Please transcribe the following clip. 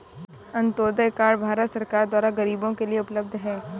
Antyodaya card Bharat सरकार द्वारा गरीबो के लिए उपलब्ध है